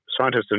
Scientists